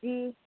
جی